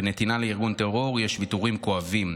בנתינה לארגון טרור יש ויתורים כואבים.